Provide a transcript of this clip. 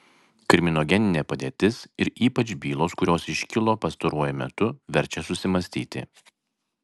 kriminogeninė padėtis ir ypač bylos kurios iškilo pastaruoju metu verčia susimąstyti